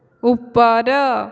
ଉପର